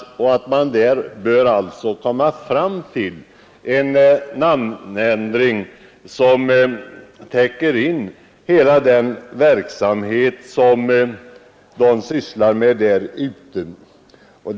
Man bör alltså komma fram till en namnändring som täcker in hela den verksamhet som dessa institutioner sysslar med.